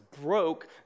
broke